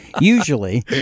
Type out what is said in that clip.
Usually